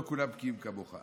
לא כולם בקיאים כמוך.